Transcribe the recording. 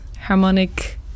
harmonic